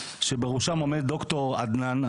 שבראשם עומד ד"ר עדנן,